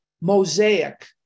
mosaic